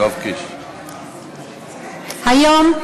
היום,